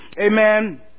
Amen